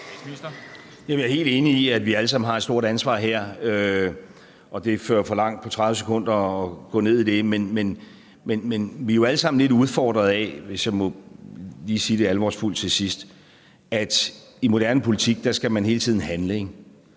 Jeg er helt enig i, at vi alle sammen har et meget stort ansvar her. Og det fører for langt til på 30 sekunder at gå ned i det. Men vi er jo alle sammen lidt udfordret af – hvis jeg lige må sige det alvorsfuldt til sidst – at i moderne politik skal man hele tiden handle.